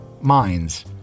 minds